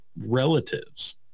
relatives